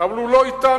אבל הוא לא אתנו,